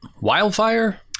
Wildfire